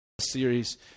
series